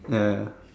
ya ya